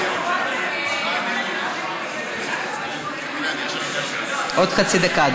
(חברת הכנסת ענת ברקו יוצאת מאולם המליאה.) עוד חצי דקה,